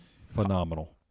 phenomenal